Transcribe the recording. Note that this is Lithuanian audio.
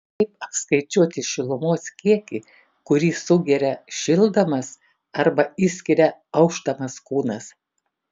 kaip apskaičiuoti šilumos kiekį kurį sugeria šildamas arba išskiria aušdamas kūnas